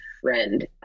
friend